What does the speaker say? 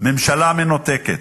ממשלה מנותקת,